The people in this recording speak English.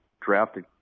drafted